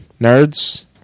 Nerds